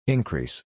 Increase